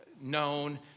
known